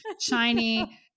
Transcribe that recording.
shiny